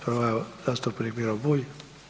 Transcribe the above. Prva je zastupnik Miro Bulj.